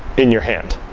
in your hand.